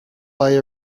buy